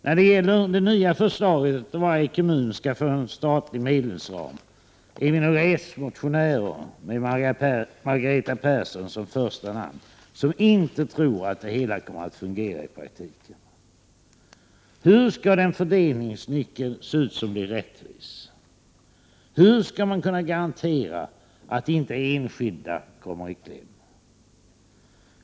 När det gäller det nya förslaget att varje kommun skall få en statlig medelsram, är vi några s-motionärer, med Margareta Persson som första namn, som tror att detta inte kommer att fungera i praktiken. Hur skall den fördelningsnyckeln se ut för att vara rättvis? Hur skall man kunna garantera att inte enskilda kommer i kläm?